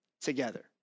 together